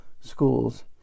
schools